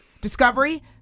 discovery